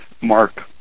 mark